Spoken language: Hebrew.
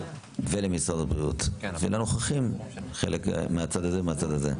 למשרד הבריאות ולנוכחים מהצד הזה ומהצד הזה,